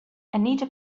anita